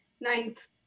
ninth